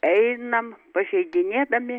einam pažeidinėdami